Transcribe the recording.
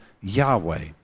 Yahweh